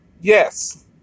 yes